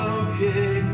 okay